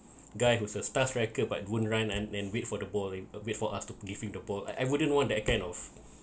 guy who was a task striker but woundn't run and and wait for the ball eh wait for us to give him the ball I wouldn't want that kind of